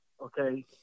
Okay